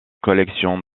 collection